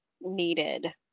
needed